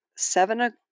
Seven